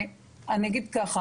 אני אגיד ככה,